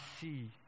see